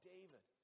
David